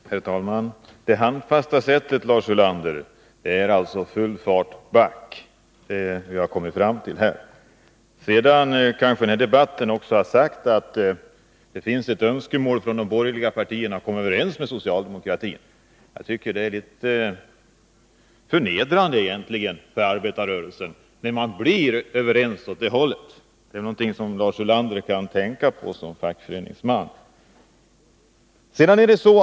Herr talman! Det handfasta sättet, Lars Ulander, är alltså full fart back — det är vad vi har kommit fram till. Den här debatten har också visat att det finns ett önskemål från de borgerliga partierna att komma överens med socialdemokratin. Jag tycker att det är litet förnedrande för arbetarrörelsen när man blir överens åt det hållet. Det är någonting som Lars Ulander bör tänka på som fackföreningsman.